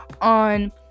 on